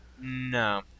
No